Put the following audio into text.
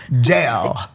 Jail